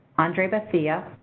andre bethea,